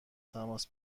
تماس